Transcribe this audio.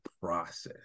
process